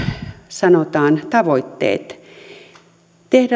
sanotaan tavoitteet tehdä